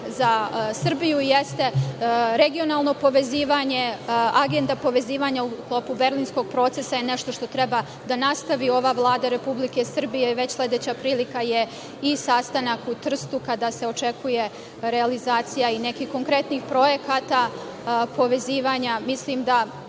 za Srbiju, jeste regionalno povezivanje, agenda povezivanja u sklopu Berlinskog procesa je nešto što treba da nastavi ova Vlada Republike Srbije. Već sledeća prilika je i sastanak u Trstu, kada se očekuje realizacija i nekih konkretnih projekata povezivanja. Mislim da